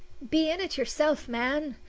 be in it yourself, man!